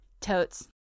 Totes